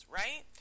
right